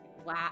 wow